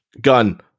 gun